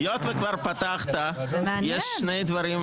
היות וכבר פתחת, יש שני דברים.